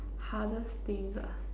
hardest things ah